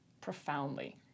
profoundly